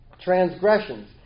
transgressions